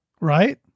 right